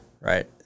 right